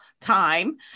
time